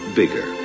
bigger